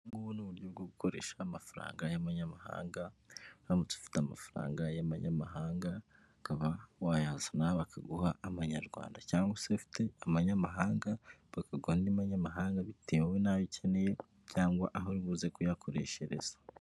Ubu ngubu ni uburyo bwo gukoresha amafaranga y'amanyamahanga, uramutse ufite amafaranga y'amanyamahanga ukaba wayazana bakaguha amanyarwanda, cyangwa se ufite amanyamahanga bakaguha andi manyamahanga bitewe n'ayo ukeneye, cyangwa aho uri buze kuyakoreshereza.